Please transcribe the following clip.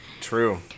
true